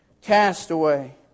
castaway